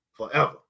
forever